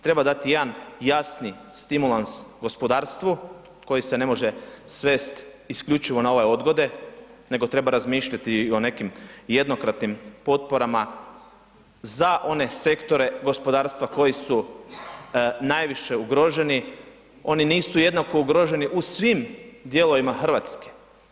Treba dati jedan jasni stimulans gospodarstvu koji se ne može svest isključivo na ove odgode nego treba razmišljati i o nekim jednokratnim potporama za one sektore gospodarstva koji su najviše ugroženi, oni nisu jednako ugroženi u svim dijelovima Hrvatske.